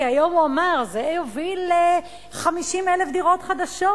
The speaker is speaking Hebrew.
כי היום הוא אמר: זה יוביל ל-50,000 דירות חדשות,